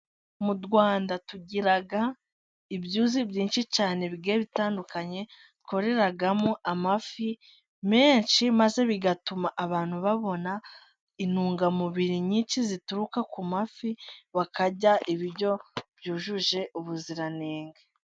Mu Rwanda tugira ibyuzi byinshi cyane bigiye bitandukanye twororeramo amafi menshi. Maze bigatuma abantu babona intungamubiri nyinshi zituruka ku mafi, bakarya ibiryo byujuje ubuziranenge.